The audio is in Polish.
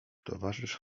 towarzysz